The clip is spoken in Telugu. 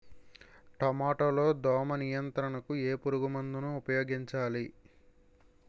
టమాటా లో దోమ నియంత్రణకు ఏ పురుగుమందును ఉపయోగించాలి?